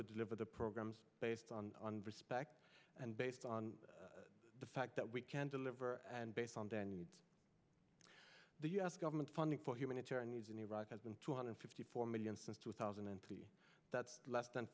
to deliver the programs based on respect and based on the fact that we can deliver and based on daniel the u s government funding for humanitarian needs in iraq has been two hundred fifty four million since two thousand and the that's less than